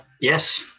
yes